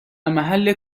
محل